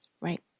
Right